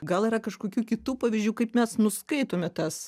gal yra kažkokių kitų pavyzdžių kaip mes nuskaitome tas